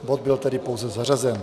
Bod byl tedy pouze zařazen.